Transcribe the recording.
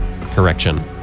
Correction